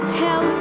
tell